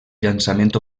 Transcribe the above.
llançament